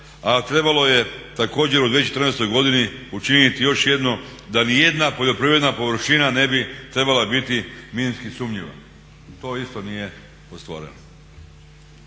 A trebalo je također u 2014. godini učiniti još jedno da ni jedna poljoprivredna površina ne bi trebala biti minski sumnjiva. To isto nije ostvareno.